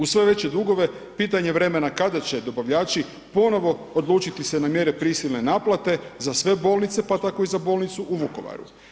Uz sve veće dugove pitanje vremena kada će dobavljači ponovo odlučiti se na mjere prisilne naplate za sve bolnice pa tako i za bolnicu u Vukovaru.